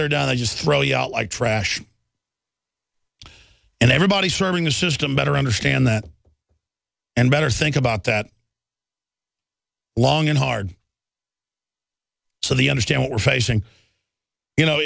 they're down and just throw you out like trash and everybody serving the system better understand that and better think about that long and hard so the understand we're facing you know